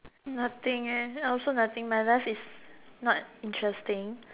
nothing eh I also nothing my life is not interesting